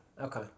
Okay